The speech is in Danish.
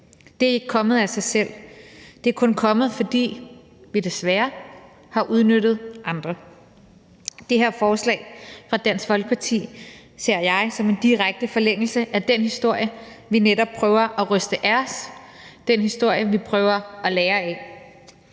Det er ikke kommet af sig selv; det er kun kommet, fordi vi, desværre, har udnyttet andre. Det her forslag fra Dansk Folkeparti ser jeg som en direkte forlængelse af den historie, vi netop prøver at ryste af os, den historie, vi prøver at lære af.